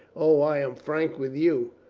o, i am frank with you.